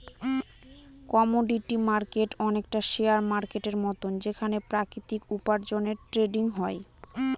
commodity market অনেকটা share মার্কেটের মতন যেখানে প্রাকৃতিক উপার্জনের ট্রেডিং হয়